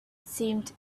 seemed